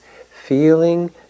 feeling